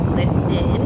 listed